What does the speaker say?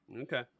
Okay